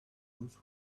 those